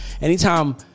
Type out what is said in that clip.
Anytime